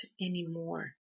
anymore